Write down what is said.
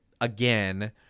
again